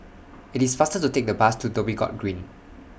IT IS faster to Take The Bus to Dhoby Ghaut Green